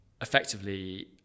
effectively